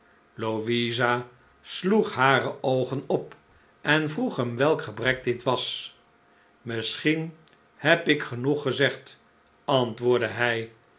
louisa sloeg hare oogen op en vroeg hem welk gebrek dit was misschien heb ik genoeg gezegd antwoordde hij